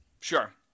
sure